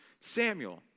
Samuel